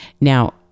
Now